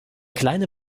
kleine